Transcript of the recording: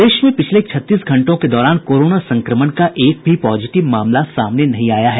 प्रदेश में पिछले छत्तीस घंटों के दौरान कोरोना संक्रमण का एक भी पॉजिटिव मामला सामने नहीं आया है